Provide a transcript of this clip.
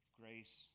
grace